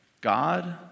God